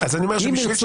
אם נרצה